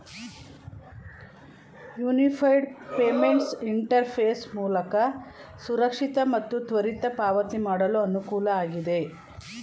unified payments interface ಮೂಲಕ ಸುರಕ್ಷಿತ ಮತ್ತು ತ್ವರಿತ ಪಾವತಿ ಮಾಡಲು ಅನುಕೂಲ ಆಗಿದೆ